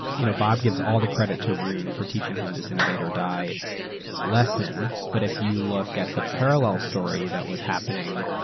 you know bob gives all the credit to roone for teaching him this innovate or die lesson but if you look at the parallel story that was happening,